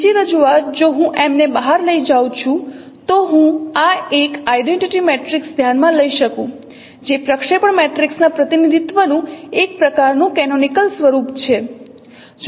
બીજી રજૂઆત જો હું M ને બહાર લઇ જાઉં છું તો હું આ એક આઇડેન્ટિટી મેટ્રિક્સ ધ્યાનમાં લઈ શકું જે પ્રક્ષેપણ મેટ્રિક્સના પ્રતિનિધિત્વનું એક પ્રકારનું કેનોનિકલ સ્વરૂપ છે